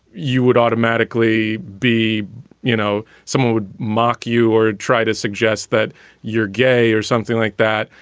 you would automatically be you know, someone would mock you or try to suggest that you're gay or something like that.